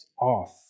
off